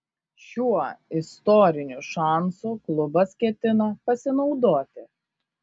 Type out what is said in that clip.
šiuo istoriniu šansu klubas ketina pasinaudoti